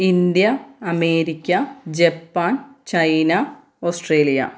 India America Japan China Australia